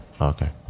Okay